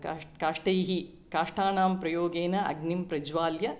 काष्ठैः काष्ठैः काष्ठानां प्रयोगेन अग्निं प्रज्वाल्य